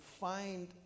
find